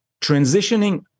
transitioning